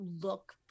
look